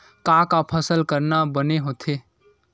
का का फसल करना बने होथे?